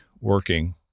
working